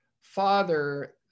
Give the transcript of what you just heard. Father